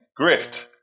grift